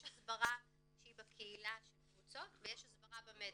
יש הסברה שהיא בקהילה של קבוצות, ויש הסברה במדיה.